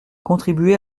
contribuer